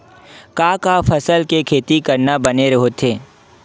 का का फसल के खेती करना बने होथे?